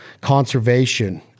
conservation